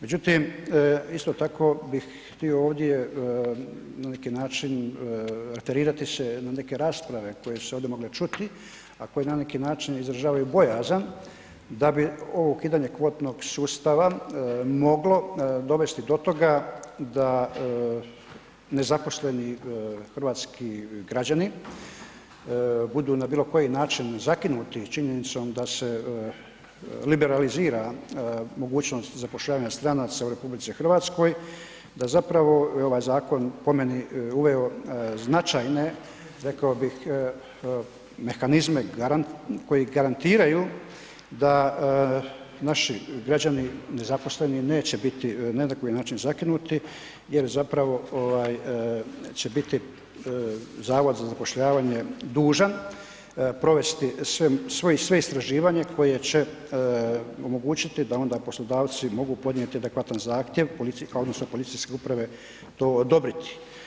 Međutim isto tako bih htio ovdje na neki način referirati se na neke rasprave koje su se ovdje mogle čuti a koje na neki način izražavaju bojazan da bi ovo ukidanje kvotnog sustava moglo dovesti do toga da nezaposleni hrvatski građani budu na bilokoji način zakinut s činjenicom da se liberalizira mogućnost zapošljavanja stranaca u RH, da zapravo je ovaj zakon po meni uveo značajno rekao bih mehanizme koji garantiraju da naši građani nezaposleni neće biti ni na koji način zakinuti jer zapravo će biti Zavod za zapošljavanje dužan provesti sve istraživanje koje će omogućiti da onda poslodavci mogu podnijeti adekvatan zahtjev pa onda policijske uprave to odobriti.